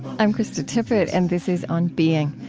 i'm krista tippett and this is on being.